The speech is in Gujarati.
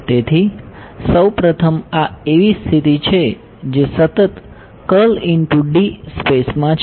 તેથી સૌ પ્રથમ આ એવી સ્થિતિ છે જે સતત સ્પેસમાં છે